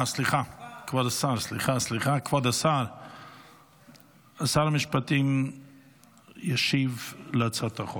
כבוד שר המשפטים ישיב להצעת החוק.